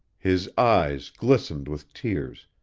his eyes glistening with tears,